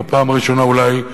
בפעם הראשונה אולי,